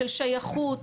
של שייכות,